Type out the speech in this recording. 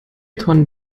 tonnen